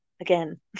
again